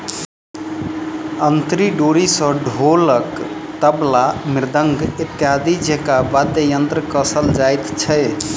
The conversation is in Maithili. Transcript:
अंतरी डोरी सॅ ढोलक, तबला, मृदंग इत्यादि जेंका वाद्य यंत्र कसल जाइत छै